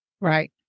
Right